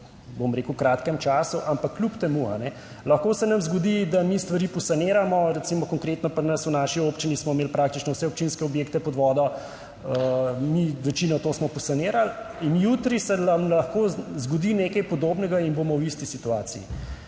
bom rekel, v kratkem času, ampak kljub temu, lahko se nam zgodi, da mi stvari posaniramo, recimo konkretno pri nas v naši občini smo imeli praktično vse občinske objekte pod vodo. Večino, to smo posanirali. In jutri se nam lahko zgodi nekaj podobnega in bomo v isti situaciji.